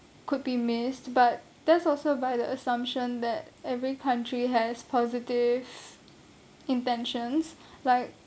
could be missed but that's also by the assumption that every country has positive intentions like